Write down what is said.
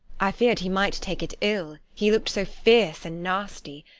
i feared he might take it ill, he looked so fierce and nasty.